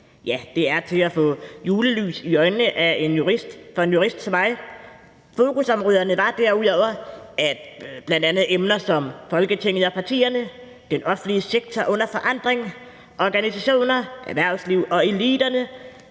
Ja, det er til at få julelys i øjnene af for en jurist som mig. Fokusområderne var derudover, at bl.a. emner som Folketinget og partierne, den offentlige sektor under forandring, organisationer, erhvervsliv og eliterne,